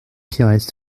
pires